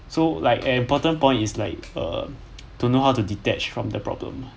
so like an important point is like err to know how to detach from the problem